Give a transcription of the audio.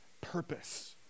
purpose